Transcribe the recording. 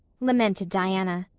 lamented diana.